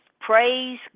praise